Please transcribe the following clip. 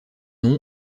nom